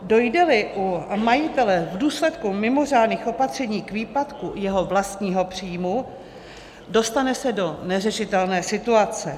Dojdeli u majitele v důsledku mimořádných opatření k výpadku jeho vlastního příjmu, dostane se do neřešitelné situace.